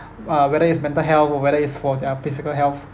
uh whether is mental health or whether is for their physical health